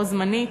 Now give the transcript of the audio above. או זמנית.